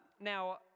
Now